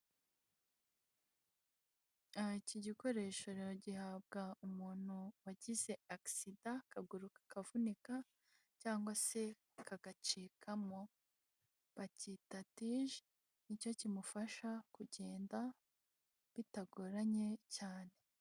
Iki gikoresho rero gihabwa umuntu wagize agisida, akaguru kakavunika cyangwa se kagacikamo, bakita tije, nicyo kimufasha kugenda bitagoranye cyane.